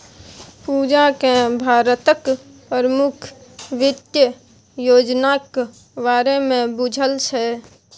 पूजाकेँ भारतक प्रमुख वित्त योजनाक बारेमे बुझल छै